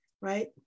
right